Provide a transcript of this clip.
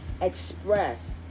express